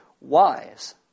wise